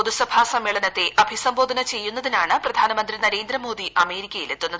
പൊതുസഭാ സമ്മേളനത്തെ അഭിസംബോധന ചെയ്യുന്നതിനാണ് പ്രധാനമന്ത്രി നരേന്ദ്രമോദി അമേരിക്കയിലെത്തുന്നത്